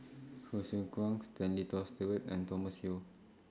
Hsu Tse Kwang Stanley Toft Stewart and Thomas Yeo